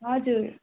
हजुर